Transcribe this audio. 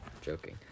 Joking